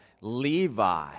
Levi